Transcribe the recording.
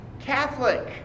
Catholic